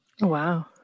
wow